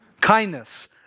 Kindness